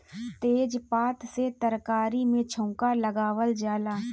तेजपात से तरकारी में छौंका लगावल जाला